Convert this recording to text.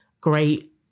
great